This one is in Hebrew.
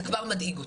זה עבר מדאיג אותי.